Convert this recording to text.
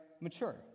mature